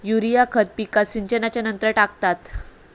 urea खत पिकात सिंचनच्या नंतर टाकतात